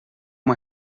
uma